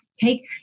take